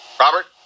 Robert